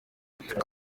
akaba